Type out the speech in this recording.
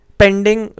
pending